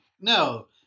No